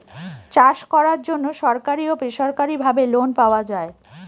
চাষ করার জন্য সরকারি ও বেসরকারি ভাবে লোন পাওয়া যায়